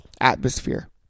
atmosphere